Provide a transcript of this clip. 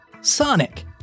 Sonic